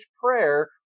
prayer